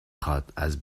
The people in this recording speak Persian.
خواد، از